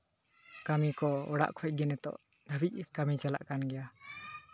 ᱠᱟᱹᱢᱤ ᱠᱚ ᱚᱲᱟᱜ ᱠᱷᱚᱡ ᱜᱮ ᱱᱤᱛᱚᱜ ᱫᱷᱟᱹᱵᱤᱡ ᱠᱟᱹᱢᱤ ᱪᱟᱞᱟᱜ ᱠᱟᱱ ᱜᱮᱭᱟ